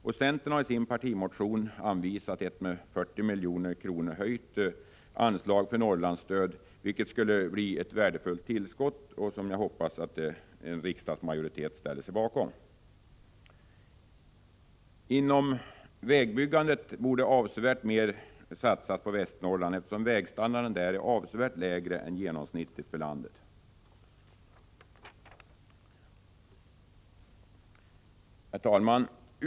Viicentern har i en partimotion anvisat ett med 40 milj.kr. höjt anslag för Norrlandsstödet, vilket skulle innebära ett värdefullt tillskott. Jag hoppas att en majoritet här i riksdagen stöder vårt förslag. Avsevärt större satsningar borde kunna göras när det gäller vägbyggandet i Västernorrland, eftersom vägstandarden där är väsentligt lägre än den genomsnittliga standarden i landet i övrigt. Herr talman!